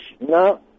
No